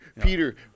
Peter